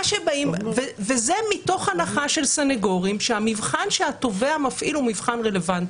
זה מתוך הנחה של סנגורים שהמבחן שהתובע מפעיל הוא מבחן רלוונטיות,